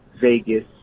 Vegas